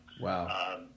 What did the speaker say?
Wow